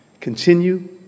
continue